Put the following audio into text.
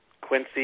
Quincy